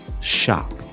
shop